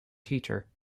teacher